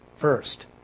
first